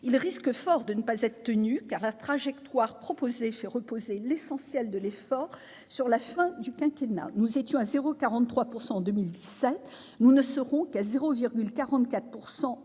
Il risque fort de ne pas être tenu, car la trajectoire proposée fait reposer l'essentiel de l'effort sur la fin du quinquennat. Nous étions à 0,43 % en 2017, nous ne serons qu'à 0,44 % en 2019,